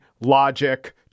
logic